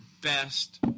best